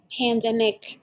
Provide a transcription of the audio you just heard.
pandemic